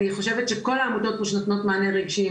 אני חושבת שכל העמותות פה שנותנו מענה רגשי,